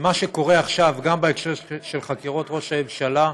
שמה שקורה עכשיו, גם בהקשר של חקירות ראש הממשלה,